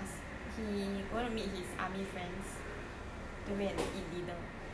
as~ he going to meet his army friends to go and eat dinner at ORTO